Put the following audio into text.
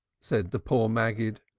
said the poor maggid,